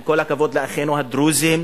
עם כל הכבוד לאחינו הדרוזים,